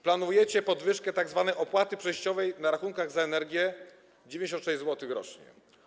Planujecie podwyżkę tzw. opłaty przejściowej na rachunkach za energię - 96 zł rocznie.